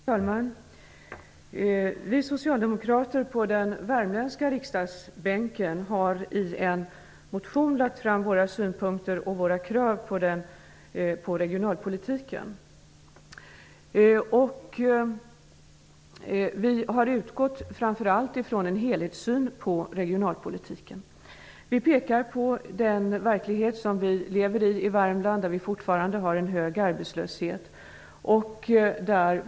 Fru talman! Vi socialdemokrater på den värmländska riksdagsbänken har i en motion lagt fram våra synpunkter och krav angående regionalpolitiken. Vi har framför allt utgått från en helhetssyn när det gäller regionalpolitiken. Vi pekar på den verklighet som vi i Värmland lever i. Arbetslösheten är fortfarande hög.